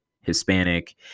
Hispanic